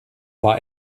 war